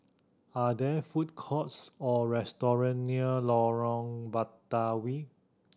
are there food courts or restaurant near Lorong Batawi